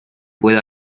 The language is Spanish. puede